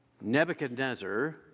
Nebuchadnezzar